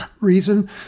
reason